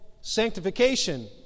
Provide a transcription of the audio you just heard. sanctification